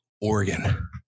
Oregon